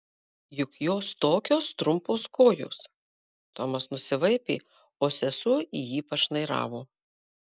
juk jos tokios trumpos kojos tomas nusivaipė o sesuo į jį pašnairavo